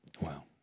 wow